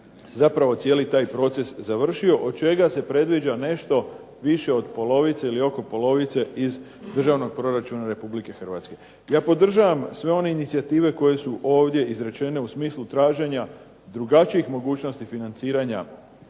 zapravo cijeli taj proces završio, od čega se predviđa nešto više od polovice ili oko polovice iz Državnog proračuna Republike Hrvatske. Ja podržavam sve one inicijative koje su ovdje izrečene u smislu traženja drugačijih mogućnosti financiranja